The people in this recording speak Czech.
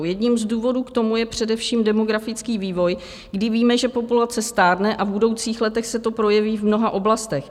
Jedním z důvodů k tomu je především demografický vývoj, kdy víme, že populace stárne, a v budoucích letech se to projeví v mnoha oblastech.